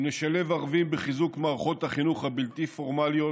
אם נשלב ערבים בחיזוק מערכות החינוך הבלתי-פורמליות,